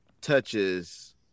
touches